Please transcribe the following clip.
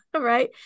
right